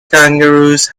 kangaroos